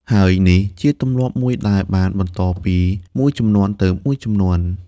ហើយនេះជាទម្លាប់មួយដែលបានបន្តពីមួយជំនាន់ទៅមួយជំនាន់។